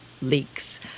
leaks